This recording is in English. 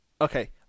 okay